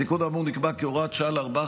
התיקון האמור נקבע כהוראת שעה לארבעה